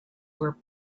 were